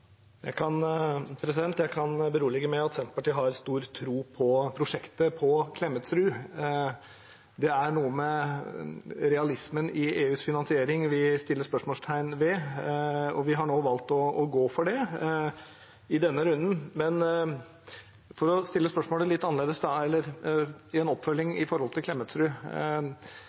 Jeg kan berolige med at Senterpartiet har stor tro på prosjektet på Klemetsrud. Det er realismen i EUs finansiering vi stiller spørsmål ved. Og vi har valgt å gå for det i denne runden. For å stille spørsmålet litt annerledes – eller som en oppfølging av Klemetsrud: Vi er altså nødt til